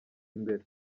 imbere